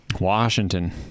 Washington